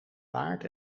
paard